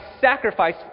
sacrifice